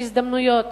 בהזדמנויות,